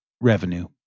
revenue